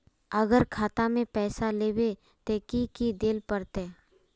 अगर खाता में पैसा लेबे ते की की देल पड़ते?